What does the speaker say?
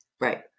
right